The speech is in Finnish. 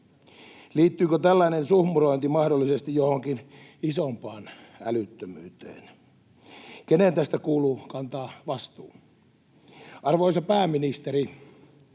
Liittyykö tällainen suhmurointi mahdollisesti johonkin isompaan älyttömyyteen? Kenen tästä kuuluu kantaa vastuu? Arvoisa pääministeri,